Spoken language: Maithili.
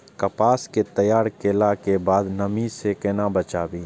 कपास के तैयार कैला कै बाद नमी से केना बचाबी?